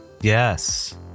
yes